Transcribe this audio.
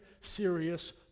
serious